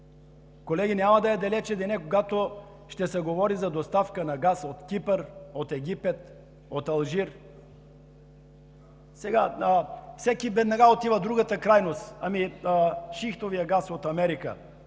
Колеги, няма да е далече денят, когато ще се говори за доставка на газ от Кипър, от Египет, от Алжир. Сега всеки веднага отива в другата крайност – ами шистовият газ от Америка,